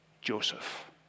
Joseph